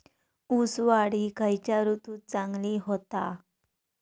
ऊस वाढ ही खयच्या ऋतूत चांगली होता?